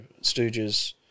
Stooges